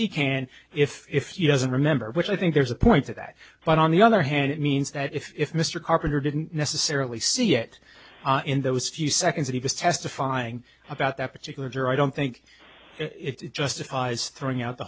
he can if if you doesn't remember which i think there's a point to that but on the other hand it means that if mr carpenter didn't necessarily see it in those few seconds that he was testifying about that particular juror i don't think it justifies throwing out the